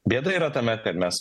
bėda yra tame kad mes